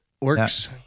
works